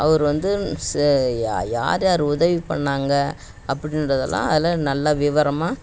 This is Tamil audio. அவர் வந்து ச யா யார் யார் உதவி பண்ணாங்க அப்படின்றதெல்லாம் அதில் நல்லா விவரமாக